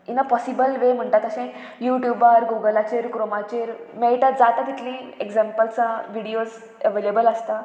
in a possible way म्हणटा तशें यू ट्यूबार गुगलाचेर क्रोमाचेर मेळटा जाता तितली एग्जाम्पल्सां विडियोज एवेलेबल आसता